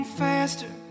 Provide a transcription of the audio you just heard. faster